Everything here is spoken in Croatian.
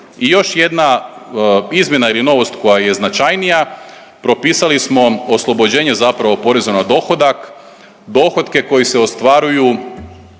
I još jedna izmjena ili novost koja je značajnija. Propisali smo oslobođenje zapravo poreza na dohodak, dohotke koji se ostvaruju